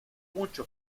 muchos